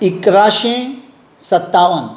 इकराशें सत्तावन